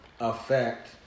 affect